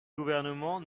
gouvernement